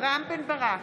רם בן ברק,